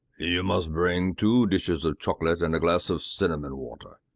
you must bring two dishes of chocolate and a glass of cinnamon water.